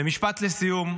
ומשפט לסיום.